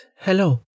hello